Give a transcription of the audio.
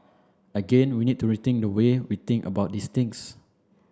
again we need to rethink the way we think about these things